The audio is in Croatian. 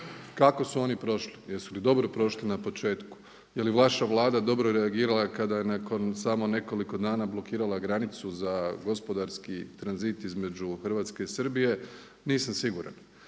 Kako su oni prošli? Jesu li dobro prošli na početku? Je li vaša Vlada dobro reagirala kada je nakon samo nekoliko dana blokirala granicu za gospodarski tranzit između Hrvatske i Srbije? Nisam siguran.